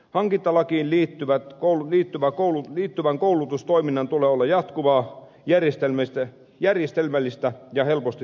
hankintalakiin liittyvän koulutustoiminnan tulee olla jatkuvaa järjestelmällistä ja helposti saatavaa